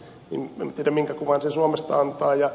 en tiedä minkä kuvan se suomesta antaa